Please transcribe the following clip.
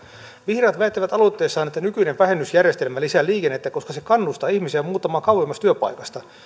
vihreät väittävät aloitteessaan että nykyinen vähennysjärjestelmä lisää liikennettä koska se kannustaa ihmisiä muuttamaan kauemmas työpaikasta